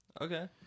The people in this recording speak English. Okay